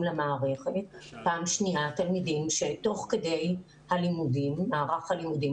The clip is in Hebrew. למערכת ותלמידים שתוך כדי מערך הלימודים